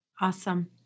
Awesome